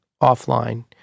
offline